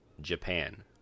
Japan